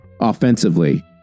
offensively